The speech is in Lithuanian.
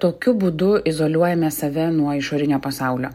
tokiu būdu izoliuojame save nuo išorinio pasaulio